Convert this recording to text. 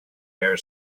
hair